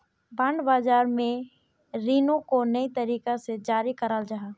bond बाज़ार में रीनो को नए तरीका से जारी कराल जाहा